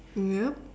yup